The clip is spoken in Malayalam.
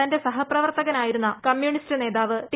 തന്റെ സഹപ്രവർത്തകനായിരുന്ന കമ്മ്യൂണിസ്റ്റ് നേതാവ് ടി